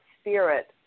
spirit